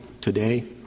today